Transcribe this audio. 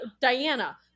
Diana